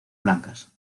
blancas